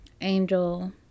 angel